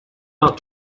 out